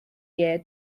year